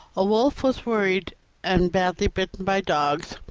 a wolf was worried and badly bitten by dogs,